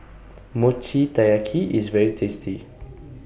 Mochi Taiyaki IS very tasty